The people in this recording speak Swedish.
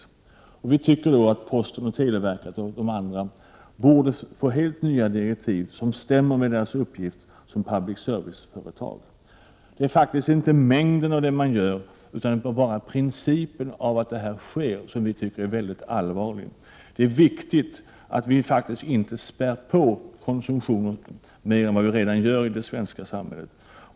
Miljöpartiet tycker att posten, televerket och andra affärsdrivande verk borde få helt nya direktiv som överensstämmer med deras uppgift som public service-företag. Det är faktiskt inte mängden av det som dessa företag gör som är problemet, utan det är principen att detta sker som vi tycker är allvarligt. Det är viktigt att vi inte spär på konsumtionen mer än vad som sker i det svenska samhället.